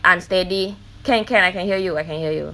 I'm steady can can I can hear you I can hear you